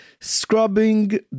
Scrubbing